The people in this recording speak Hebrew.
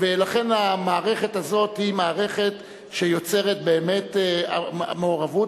ולכן, המערכת הזאת היא מערכת שיוצרת באמת מעורבות.